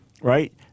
right